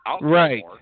Right